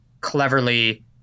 cleverly